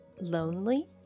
lonely